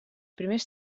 seus